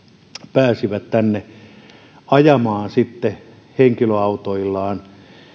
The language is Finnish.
pääsivät tänne ajamaan henkilöautoillaan